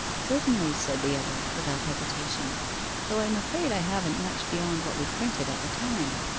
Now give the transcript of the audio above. certainly, said the other, without hesitation though i am afraid i haven't much beyond what we printed at the time.